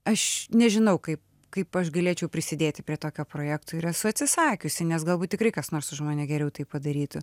aš nežinau kaip kaip aš galėčiau prisidėti prie tokio projekto ir esu atsisakiusi nes galbūt tikrai kas nors už mane geriau tai padarytų